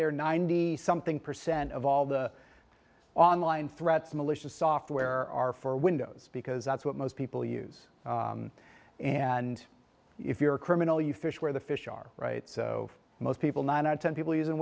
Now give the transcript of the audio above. there ninety something percent of all the online threats malicious software are for windows because that's what most people use and if you're a criminal you fish where the fish are right so most people nine out of ten people using